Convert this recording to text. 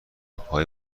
پای